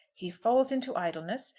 he falls into idleness,